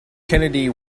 kennedy